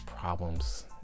problems